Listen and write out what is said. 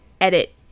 edit